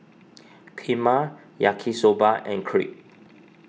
Kheema Yaki Soba and Crepe